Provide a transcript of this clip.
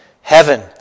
Heaven